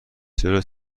چرا